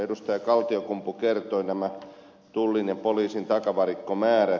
edustaja kaltiokumpu kertoi nämä tullin ja poliisin takavarikkomäärät